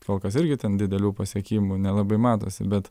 kol kas irgi ten didelių pasiekimų nelabai matosi bet